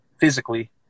physically